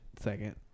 second